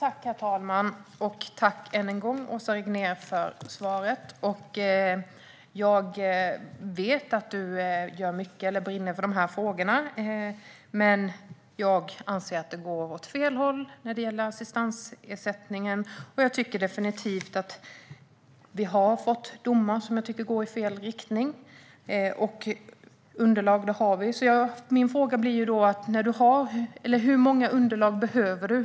Herr talman! Tack än en gång, Åsa Regnér, för svaret! Jag vet att du brinner för de här frågorna, men jag anser att det går åt fel håll när det gäller assistansersättningen. Vi har fått domar som går i fel riktning. Underlag har vi ju. Min fråga blir därför: Hur mycket underlag behöver du?